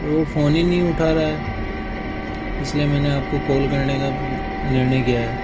और वह फोन ही नहीं उठा रहा है इसलिए मैंने आपको कॉल करने का निर्णय किया है